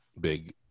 big